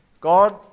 God